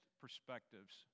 perspectives